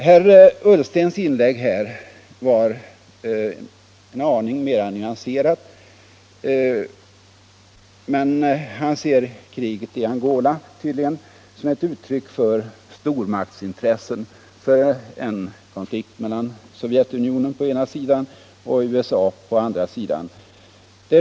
Herr Ullstens inlägg här var en aning mindre onyanserat än herr Björcks. Men han ser tydligen kriget i Angola som ett uttryck för stormaktsintressen, för en konflikt mellan Sovjetunionen på ena sidan och USA på den andra.